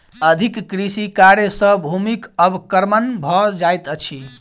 अधिक कृषि कार्य सॅ भूमिक अवक्रमण भ जाइत अछि